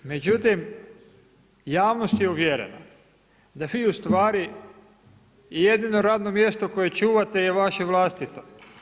Međutim javnost je uvjerena da vi ustvari jedino radno mjesto koje čuvate je vaše vlastito.